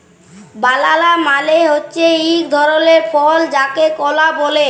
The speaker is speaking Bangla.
বালালা মালে হছে ইক ধরলের ফল যাকে কলা ব্যলে